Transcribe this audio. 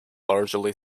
largely